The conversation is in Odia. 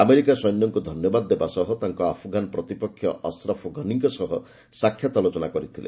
ଆମେରିକା ସୈନ୍ୟଙ୍କୁ ଧନ୍ୟବାଦ ଦେବା ସହ ତାଙ୍କ ଆଫଗାନ ପ୍ରତିପକ୍ଷ ଅସ୍ରଫ୍ ଘନିଙ୍କ ସହ ସାକ୍ଷାତ୍ ଆଲୋଚନା କରିଥିଲେ